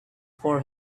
for